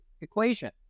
equation